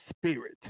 spirit